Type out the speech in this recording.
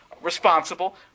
responsible